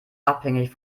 abhängig